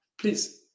please